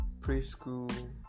preschool